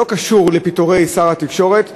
לא קשור לפיטורי שר התקשורת,